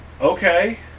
Okay